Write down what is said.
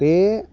बे